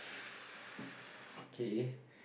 okay